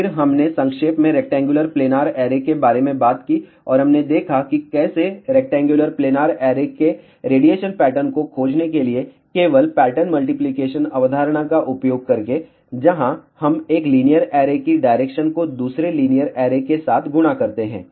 फिर हमने संक्षेप में रेक्टेंगुलर प्लेनार ऐरे के बारे में बात की और हमने देखा कि कैसे रेक्टेंगुलर प्लेनार ऐरे के रेडिएशन पैटर्न को खोजने के लिए केवल पैटर्न मल्टीप्लिकेशन अवधारणा का उपयोग करके जहां हम एक लीनियर ऐरे की डायरेक्शन को दूसरे लीनियर ऐरे के साथ गुणा करते हैं